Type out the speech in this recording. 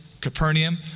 Capernaum